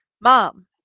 mom